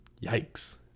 Yikes